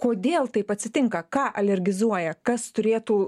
kodėl taip atsitinka ką alergizuoja kas turėtų